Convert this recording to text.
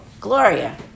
Gloria